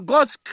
God's